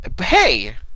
Hey